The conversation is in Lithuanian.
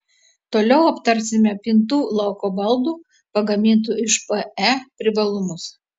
toliau aptarsime pintų lauko baldų pagamintų iš pe privalumus